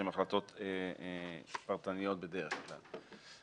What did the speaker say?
שהן החלטות פרטניות בדרך כלל.